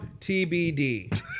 TBD